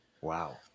Wow